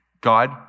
God